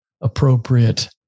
appropriate